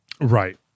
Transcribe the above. Right